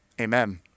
Amen